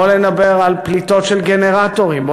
בוא נדבר על פליטות של גנרטורים,